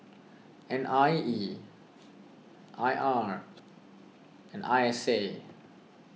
N I E I R and I S A